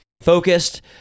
focused